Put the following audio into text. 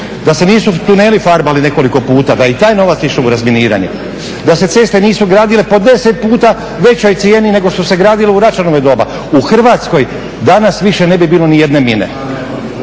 da se nisu tuneli farbali nekoliko puta da je i taj novac išao u razminiranje, da se ceste nisu gradile po deset puta većoj cijeni nego što se gradilo u Račanovo doba. U Hrvatskoj danas više ne bi bilo ni jedna mine,